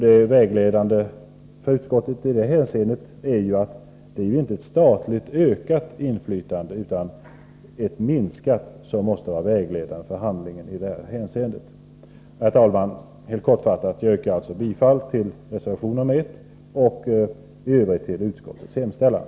Det vägledande för utskottet i detta avseende är att det inte är ett ökat utan ett minskat statligt inflytande som måste eftersträvas. Herr talman! Jag yrkar alltså bifall till reservation 1 och i övrigt till utskottets hemställan.